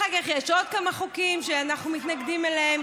אחר כך יש עוד כמה חוקים שאנחנו מתנגדים להם,